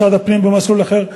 משרד הפנים במסלול אחר.